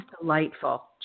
delightful